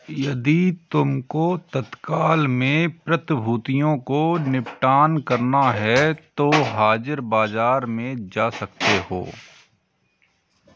यदि तुमको तत्काल में प्रतिभूतियों को निपटान करना है तो हाजिर बाजार में जा सकते हो